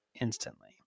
instantly